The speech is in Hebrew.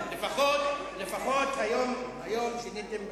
לפחות היום שיניתם,